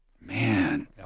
Man